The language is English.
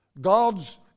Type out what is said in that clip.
God's